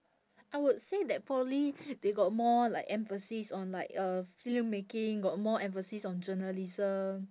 I would say that probably they got more like emphasis on like uh film making got more emphasis on journalism